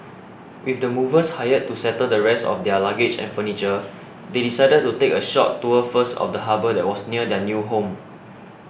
with the movers hired to settle the rest of their luggage and furniture they decided to take a short tour first of the harbour that was near their new home